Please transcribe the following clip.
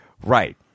Right